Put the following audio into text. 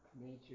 nature